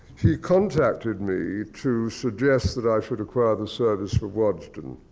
he contacted me to suggest that i should acquire the service for waddesdon.